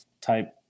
type